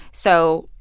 so.